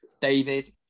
David